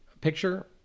picture